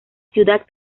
ciudad